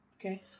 Okay